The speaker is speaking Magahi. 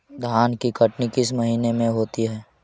धान की कटनी किस महीने में होती है?